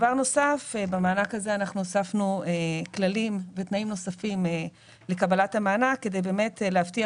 במענק הזה הוספנו כללים ותנאים נוספים לקבלת המענק כדי להבטיח